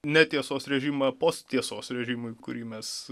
netiesos režimą post tiesos režimui kurį mes